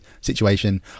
situation